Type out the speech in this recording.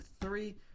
three